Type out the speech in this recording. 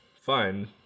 fine